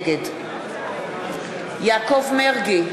נגד יעקב מרגי,